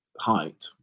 height